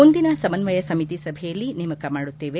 ಮುಂದಿನ ಸಮನ್ವಯ ಸಮಿತಿ ಸಭೆಯಲ್ಲಿ ನೇಮಕ ಮಾಡುತ್ತೇವೆ